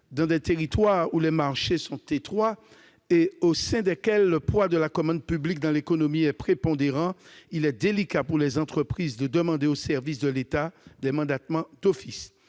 Dans des territoires où les marchés sont étroits et au sein desquels le poids de la commande publique dans l'économie est prépondérant, il est délicat pour les entreprises de demander aux services de l'État des mandatements d'office.